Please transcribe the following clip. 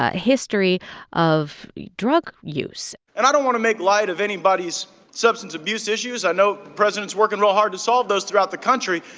ah history of drug use and i don't want to make light of anybody's substance abuse issues. i know the president's working real hard to solve those throughout the country.